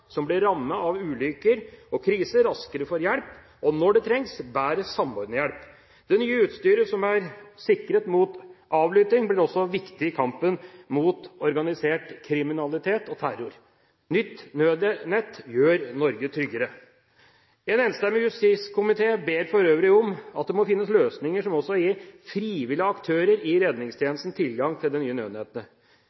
som blir rammet av ulykker og kriser, raskere får hjelp, og når det trengs, bedre samordnet hjelp. Det nye utstyret, som er sikret mot avlytting, blir også viktig i kampen mot organisert kriminalitet og terror. Nytt nødnett gjør Norge tryggere. En enstemmig justiskomité ber for øvrig om at det må finnes løsninger som også gir frivillige aktører i